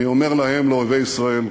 אני אומר להם, לאויבי ישראל: